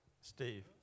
Steve